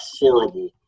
horrible